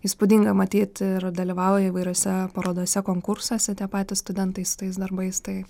įspūdinga matyt ir dalyvauja įvairiose parodose konkursuose tie patys studentai su tais darbais tai